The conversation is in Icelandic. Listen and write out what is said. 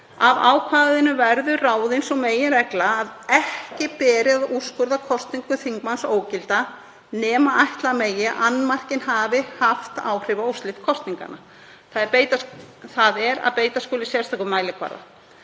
Af ákvæðinu verður ráðin sú meginregla að ekki beri að úrskurða kosningu þingmanns ógilda nema ætla megi að annmarkinn hafi haft áhrif á úrslit kosninganna, þ.e. að beita skuli sérstökum mælikvarða.